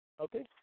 Okay